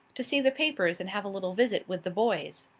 to see the papers and have a little visit with the boys.